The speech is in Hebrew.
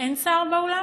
אין שר באולם?